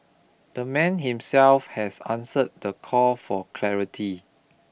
the man himself has answered the call for clarity